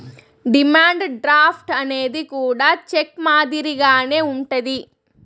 demand draft అనేది కూడా cheque మాదిరిగానే ఉంటది